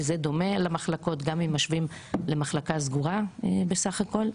וזה דומה למחלקות גם אם משווים למחלקה סגורה בסך הכל.